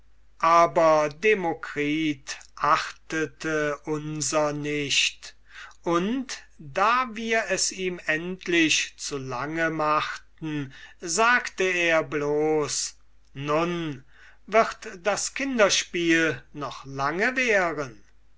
aber demokritus achtete unser nicht und da wir es ihm endlich zu lange machten sagte er bloß nun wird das kinderspiel noch lange währen